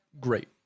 great